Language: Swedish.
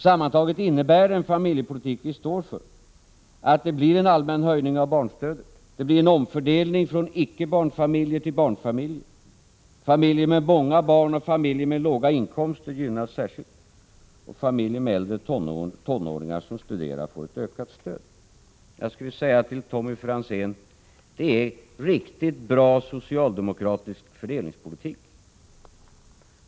Sammantaget innebär den familjepolitik vi står för att det blir en allmän höjning av barnstödet, det blir en omfördelning från icke-barnfamiljer till barnfamiljer, familjer med många barn och familjer med låga inkomster gynnas särskilt, och familjer med äldre tonåringar som studerar får ett ökat stöd. Jag skulle vilja säga till Tommy Franzén: Detta är riktigt bra socialdemokratisk fördelningspolitik.